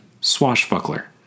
Swashbuckler